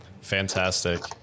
fantastic